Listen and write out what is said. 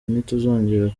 ntituzongera